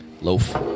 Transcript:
Loaf